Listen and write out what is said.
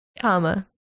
Comma